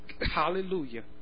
hallelujah